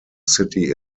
city